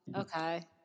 Okay